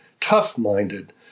tough-minded